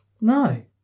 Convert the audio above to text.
No